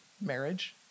marriage